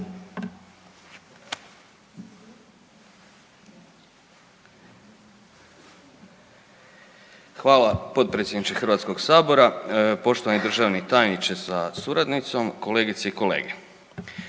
potpredsjedniče HS-a, poštovani državni tajniče sa suradnicom, kolegice i kolege.